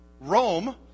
Rome